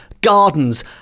Gardens